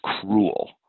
cruel